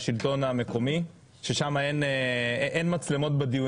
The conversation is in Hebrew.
והמשימות המוטלות על מדינה בהקמה לא השלמנו רבעון